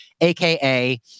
AKA